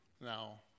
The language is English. Now